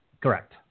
Correct